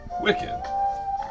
Wicked